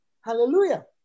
Hallelujah